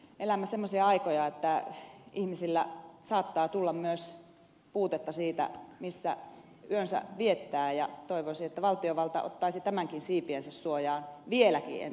elämme semmoisia aikoja että ihmisillä saattaa tulla myös puutetta siitä missä yönsä viettää ja toivoisin että valtiovalta ottaisi tämänkin siipiensä suojaan vielä entistäkin tehokkaammin